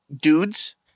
dudes